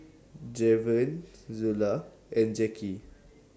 Draven Zula and Jackie